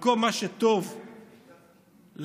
במקום מה שטוב לפוליטיקאים,